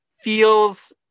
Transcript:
Feels